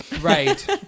right